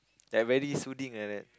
like very soothing like that